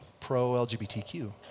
pro-LGBTQ